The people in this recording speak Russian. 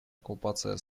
оккупация